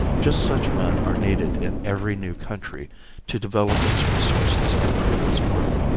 just such men are needed in every new country to develop its resources and prove its worth.